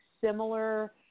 similar